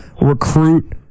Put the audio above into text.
recruit